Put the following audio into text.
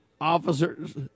officer's